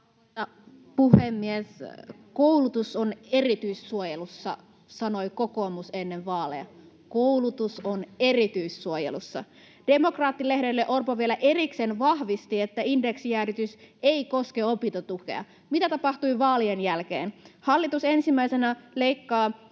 puhemies! Koulutus on erityissuojelussa, sanoi kokoomus ennen vaaleja — koulutus on erityissuojelussa. Demokraatti-lehdelle Orpo vielä erikseen vahvisti, että indeksijäädytys ei koske opintotukea. Mitä tapahtui vaalien jälkeen? Hallitus ensimmäisenä leikkaa